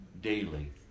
daily